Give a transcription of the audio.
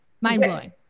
mind-blowing